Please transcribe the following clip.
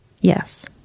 Yes